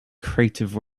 crative